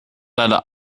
leider